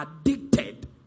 addicted